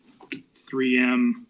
3M